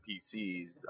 PCs